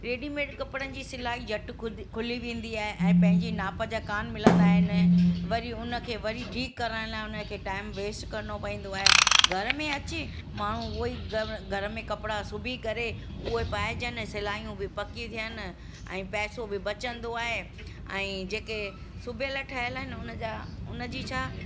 readymade कपड़नि जी सिलाई झटि खुद खुली वेंदी आहे ऐं पंहिंजी नाप जा कोनि मिलंदा आहिनि वरी हुन खे वरी ठीकु करण लाइ हुन खे टाइम वेस्ट करिणो पवंदो आहे घर में अची माण्हू उहो ई घर में कपिड़ा सिबी करे उहे पाइजनि सिलाइयूं बि पकी थियनि ऐं पैसो बि बचंदो आहे ऐं जेके सिबियलु ठहियलु आहिनि हुन जा हुन जी छा